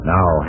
Now